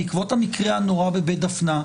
בעקבות המקרה הנורא בבית דפנה,